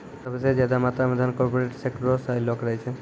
सभ से ज्यादा मात्रा मे धन कार्पोरेटे सेक्टरो से अयलो करे छै